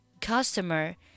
customer